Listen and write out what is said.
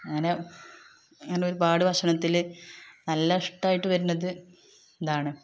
അങ്ങനെ അങ്ങനെ ഒരുപാട് ഭക്ഷണത്തില് നല്ല ഇഷ്ടമായിട്ട് വരുന്നത് ഇതാണ്